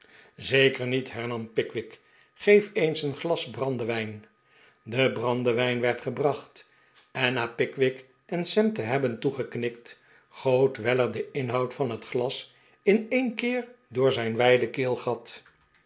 zeker niet hernam pickwick geef eens een glas brandewijn de brandewijn werd gebracht en na pickwick en sam te hebben toegeknikt goot weller den inhoud van he glas in een keer door zijn wijde keelgat